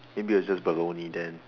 maybe it's just baloney then